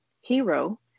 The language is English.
hero